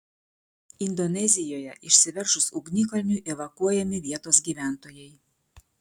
indonezijoje išsiveržus ugnikalniui evakuojami vietos gyventojai